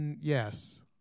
Yes